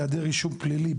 היעדר רישום פלילי,